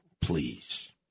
please